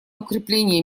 укрепление